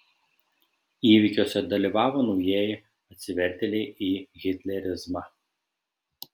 įvykiuose dalyvavo naujieji atsivertėliai į hitlerizmą